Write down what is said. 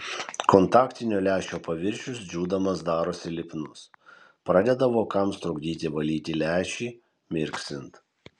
kontaktinio lęšio paviršius džiūdamas darosi lipnus pradeda vokams trukdyti valyti lęšį mirksint